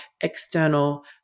external